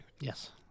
Yes